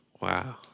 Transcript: Wow